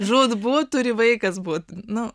žūtbūt turi vaikas būti nu